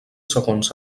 segons